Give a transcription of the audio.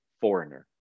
foreigner